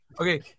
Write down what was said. Okay